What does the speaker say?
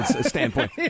standpoint